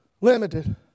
Limited